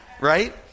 Right